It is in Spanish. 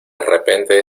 repente